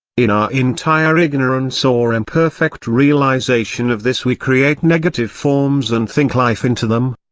in our entire ignorance or imperfect realisation of this we create negative forms and think life into them.